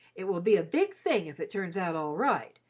it will be a big thing if it turns out all right,